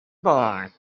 born